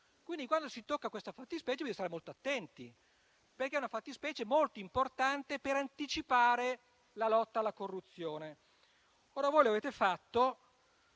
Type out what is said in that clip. quando si tocca questa fattispecie si deve stare molto attenti, perché è molto importante per anticipare la lotta alla corruzione. Voi lo avete fatto